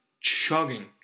chugging